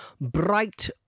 bright